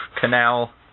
canal